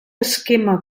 esquema